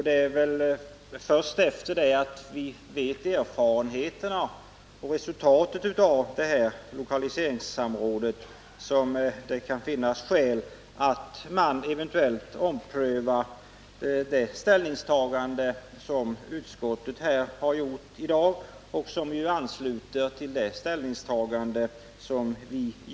Det är först efter det att vi fått erfarenheter och sett resultatet av lokaliseringssamrådet som det eventuellt kan finnas skäl att ompröva det ställningstagande som utskottet har gjort i dag, vilket ju ansluter sig till vårt ställningstagande förra året.